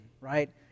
right